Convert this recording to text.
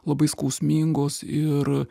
labai skausmingos ir